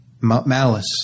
malice